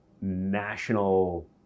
national